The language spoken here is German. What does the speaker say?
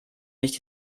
nicht